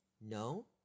No